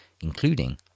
including